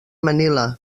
manila